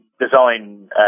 design